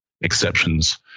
exceptions